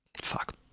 Fuck